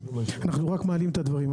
אנחנו רק מעלים את הדברים.